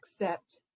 accept